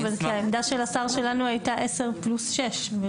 כי העמדה של השר שלנו הייתה עשר פלוס שש.